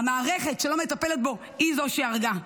המערכת שלא מטפלת בו, היא זו שהרגה.